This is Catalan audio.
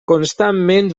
constantment